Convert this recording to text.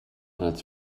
als